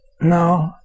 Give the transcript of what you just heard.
no